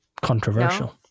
Controversial